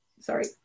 sorry